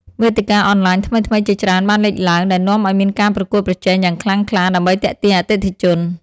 វេទិកាអនឡាញថ្មីៗជាច្រើនបានលេចឡើង ដែលនាំឱ្យមានការប្រកួតប្រជែងយ៉ាងខ្លាំងក្លាដើម្បីទាក់ទាញអតិថិជន។